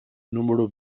número